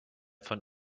von